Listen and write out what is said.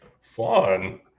fun